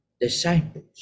disciples